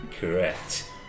Correct